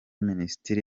minisiteri